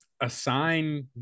assign